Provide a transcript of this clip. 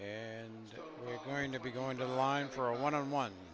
and we're going to be going to the line for a one on one